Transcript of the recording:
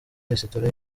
resitora